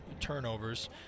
turnovers